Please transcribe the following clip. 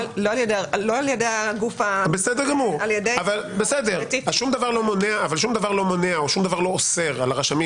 אבל שום דבר לא מונע או שום דבר לא אוסר על הרשמים,